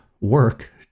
work